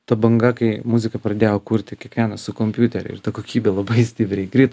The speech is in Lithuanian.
ta banga kai muziką pradėjo kurti kiekvienas su kompiuteriu ir ta kokybė labai stipriai krito